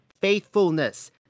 faithfulness